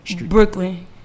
Brooklyn